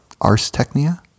arstechnia